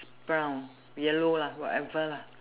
brown yellow lah whatever lah